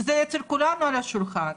זה אצל כולם על השולחן.